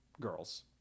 girls